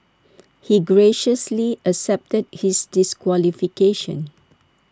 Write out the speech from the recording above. he graciously accepted his disqualification